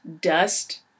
dust